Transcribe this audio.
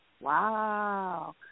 wow